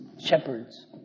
shepherds